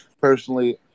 Personally